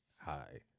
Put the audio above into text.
Hi